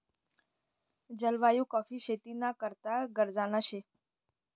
जलवायु काॅफी शेती ना करता गरजना शे